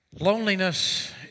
Loneliness